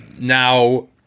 now